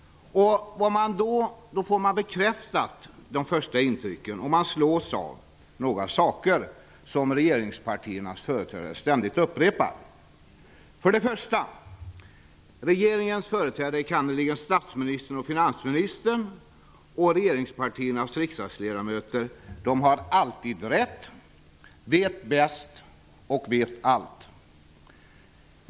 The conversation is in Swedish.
Då har jag fått mina första intryck bekräftade, och jag slås av några saker som regeringspartiernas företrädare ständigt upprepar. 1. Regeringens företrädare, enkannerligen statsministern och finansministern, och regeringspartiernas riksdagsledamöter har alltid rätt, vet bäst och vet allt. 2.